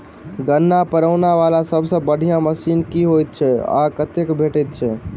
गन्ना पिरोबै वला सबसँ बढ़िया मशीन केँ होइत अछि आ कतह भेटति अछि?